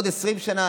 בעוד 20 שנה,